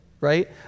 right